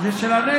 תודה רבה.